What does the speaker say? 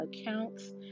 accounts